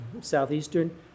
Southeastern